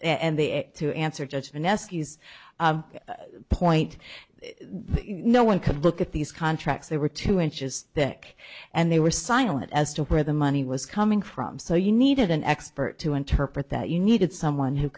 and the to answer judgement eskies point no one could look at these contracts they were two inches thick and they were silent as to where the money was coming from so you needed an expert to interpret that you needed someone who